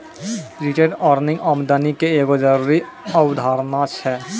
retained earning आमदनी के एगो जरूरी अवधारणा छै